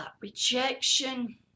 rejection